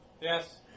Yes